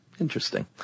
Interesting